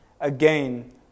again